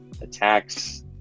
attacks